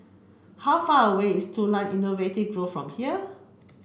how far away is Tulang Innovating Grove from here